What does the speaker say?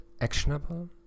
actionable